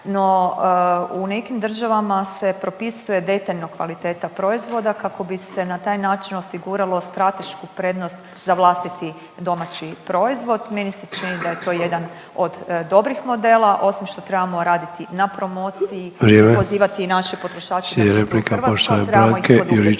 no u nekim državama se propisuje detaljno kvaliteta proizvoda kako bi se na taj način osiguralo stratešku prednost za vlastiti domaći proizvod. Meni se čini da je to jedan od dobrih modela osim što trebamo raditi na promociji …/Upadica Sanader: Vrijeme./… i pozivati